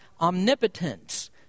omnipotence